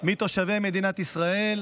מתושבי מדינת ישראל,